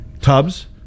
tubs